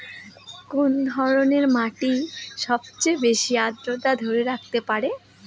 কোন ধরনের মাটি সবচেয়ে বেশি আর্দ্রতা ধরে রাখতে পারে?